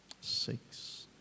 six